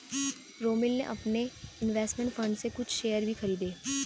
रोमिल ने अपने investment fund से कुछ शेयर भी खरीदे है